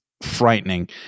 frightening